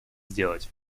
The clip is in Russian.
сделать